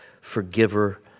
forgiver